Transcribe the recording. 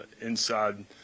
inside